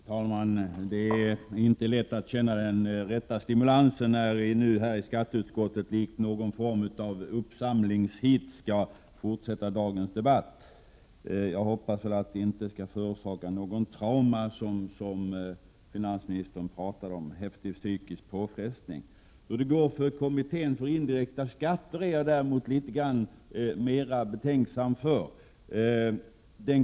Herr talman! Det är inte lätt att känna den rätta stimulansen när vi i skatteutskottet nu, med den här formen av, skulle jag vilja säga, uppsamlingsheat skall fortsätta dagens debatt. Jag hoppas dock att debatten inte skall förorsaka något sådant trauma som finansministern nämnde, dvs. någon häftig psykisk påfrestning. Jag är litet betänksam när det gäller kommittén för indirekta skatter. Man vet ju inte hur det går för den.